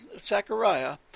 Zechariah